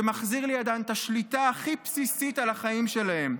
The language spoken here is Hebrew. שמחזיר לידיהן את השליטה הכי בסיסית על החיים שלהן.